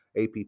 APP